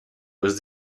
was